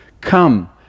Come